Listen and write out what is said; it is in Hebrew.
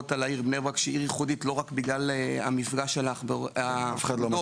הוא ייחודי בגלל גבעות הכורכר.